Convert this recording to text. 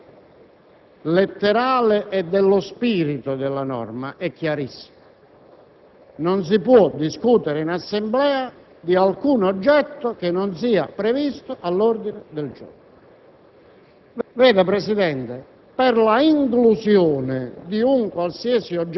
Anche qui, signor Presidente, la previsione letterale e dello spirito della norma è chiarissima: non si può discutere in Assemblea di alcun oggetto che non sia previsto all'ordine del giorno.